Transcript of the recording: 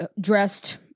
dressed